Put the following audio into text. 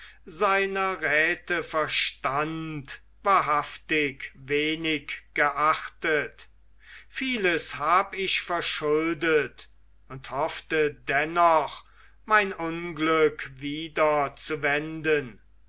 seiner räte verstand wahrhaftig wenig geachtet vieles hab ich verschuldet und hoffte dennoch mein unglück wieder zu wenden